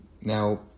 now